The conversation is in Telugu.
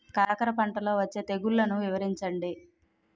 కాకర పంటలో వచ్చే తెగుళ్లను వివరించండి?